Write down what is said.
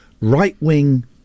Right-wing